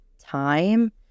time